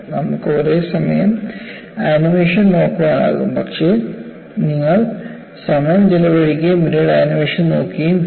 നമുക്ക് ഒരേസമയം ആനിമേഷൻ നോക്കാനാകും പക്ഷേ നിങ്ങൾ സമയം ചെലവഴിക്കുകയും പിന്നീട് ആനിമേഷൻ നോക്കുകയും ചെയ്യാം